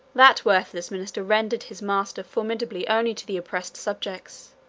that worthless minister rendered his master formidable only to the oppressed subjects,